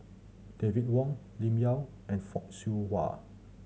David Wong Lim Yau and Fock Siew Wah